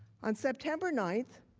on september nine,